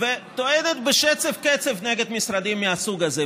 וטוענת בשצף-קצף נגד משרדים מהסוג הזה,